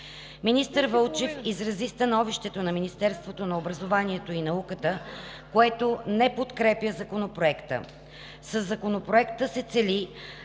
Министър Вълчев изрази становището на Министерството на образованието и наука, което не подкрепя Законопроекта. Със Законопроекта се цели